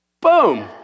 Boom